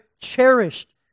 cherished